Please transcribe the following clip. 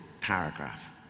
paragraph